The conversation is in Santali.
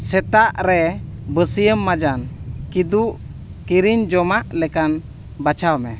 ᱥᱮᱛᱟᱜ ᱨᱮ ᱵᱟᱹᱥᱭᱟᱹᱢ ᱢᱟᱡᱟᱱ ᱠᱤᱫᱩᱵ ᱠᱤᱨᱤᱧ ᱡᱚᱢᱟᱜ ᱞᱮᱠᱟᱱ ᱵᱟᱪᱷᱟᱣ ᱢᱮ